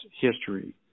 history